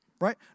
Right